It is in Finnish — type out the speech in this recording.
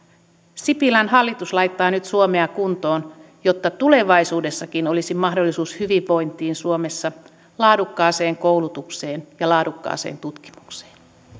sipilän hallitus laittaa nyt suomea kuntoon jotta tulevaisuudessakin olisi mahdollisuus hyvinvointiin suomessa laadukkaaseen koulutukseen ja laadukkaaseen tutkimukseen